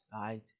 Right